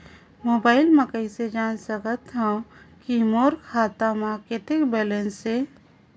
Mobile म कइसे जान सकथव कि मोर खाता म कतेक बैलेंस से?